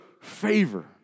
favor